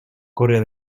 corea